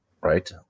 right